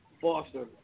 Foster